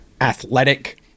athletic